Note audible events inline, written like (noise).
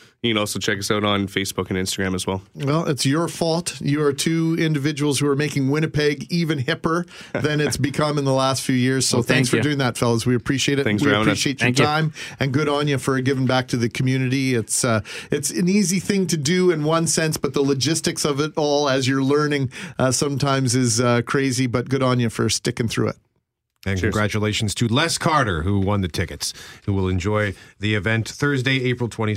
You can also check us out on Facebook and Instagram as well. Well, it's your fault. You are two individuals who are making Winnipeg even hipper (laughs) than it's become in the last few years. So Well, thank thanks you. for doing that, fellas. We appreciate it. Thanks We for having us. appreciate your Thank you. time, and good on you for giving back to the community. It's, uh, it's an easy thing to do in one sense, but the logistics of it all, as you're learning, uh, sometimes is, uh, crazy. But good on you for sticking through it. And Cheers. congratulations to Les Carter, who won the tickets, who will enjoy the event Thursday, April